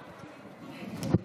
סימביוזה,